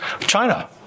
China